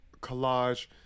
collage